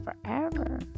forever